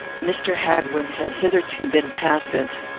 mr. hadwin had hitherto been passive.